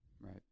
Right